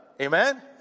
Amen